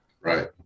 Right